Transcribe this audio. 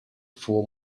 for